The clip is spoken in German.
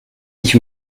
ich